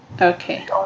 Okay